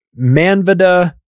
Manvada